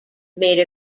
made